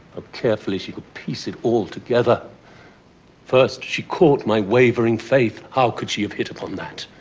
ah carefully she could piece it all together first she caught my wavering faith. how could she have hit upon that?